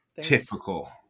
Typical